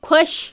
خۄش